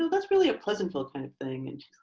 that's really a pleasantville kind of thing. and